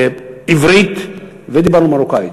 עברית, ודיברנו מרוקאית.